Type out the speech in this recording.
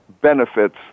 benefits